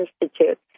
Institute